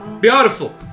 Beautiful